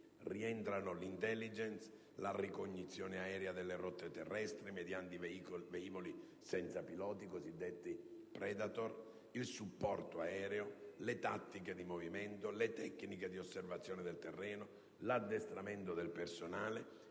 rientrano l*'intelligence*, la ricognizione aerea delle rotte terrestri mediante velivoli senza pilota (i cosiddetti Predator), il supporto aereo, le tattiche di movimento, le tecniche di osservazione del terreno, l'addestramento del personale